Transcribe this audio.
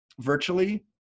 Virtually